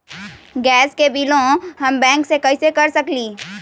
Gas के बिलों हम बैंक से कैसे कर सकली?